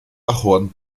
ahorn